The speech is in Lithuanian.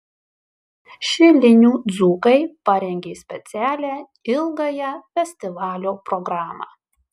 šilinių dzūkai parengė specialią ilgąją festivalio programą